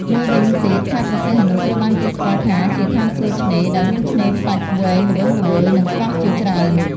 មួយវិញទៀតខេត្តព្រះសីហនុ ត្រូវបានគេស្គាល់ថាជា ឋានសួគ៌ឆ្នេរ ដោយមានឆ្នេរខ្សាច់វែងល្វឹងល្វើយ និងកោះជាច្រើន។